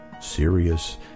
serious